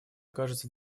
кажется